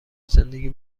زندگی